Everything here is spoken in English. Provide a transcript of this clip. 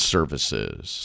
Services